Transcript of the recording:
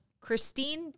Christine-